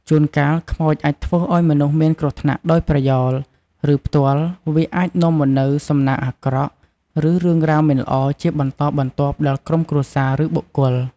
ជួនកាលខ្មោចអាចធ្វើឱ្យមនុស្សមានគ្រោះថ្នាក់ដោយប្រយោល ឬផ្ទាល់ វាអាចនាំមកនូវសំណាងអាក្រក់ ឬរឿងរ៉ាវមិនល្អជាបន្តបន្ទាប់ដល់ក្រុមគ្រួសារ ឬបុគ្គល។